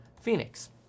Phoenix